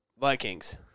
Vikings